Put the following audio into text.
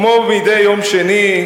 כמו מדי יום שני,